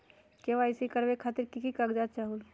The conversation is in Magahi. के.वाई.सी करवे खातीर के के कागजात चाहलु?